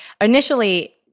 initially